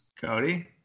Cody